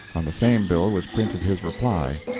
on the same bill was printed his reply.